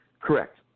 Correct